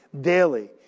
daily